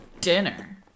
Dinner